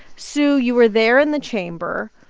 sue, you were there in the chamber.